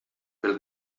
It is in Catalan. pel